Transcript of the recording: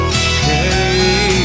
okay